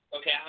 Okay